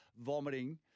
vomiting